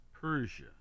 Persia